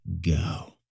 go